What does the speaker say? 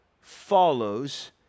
follows